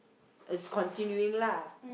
is continuing lah